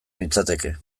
nintzateke